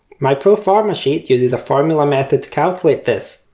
my pro forma sheet uses a formula method to calculate this,